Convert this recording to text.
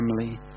family